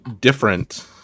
different